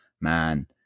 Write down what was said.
Man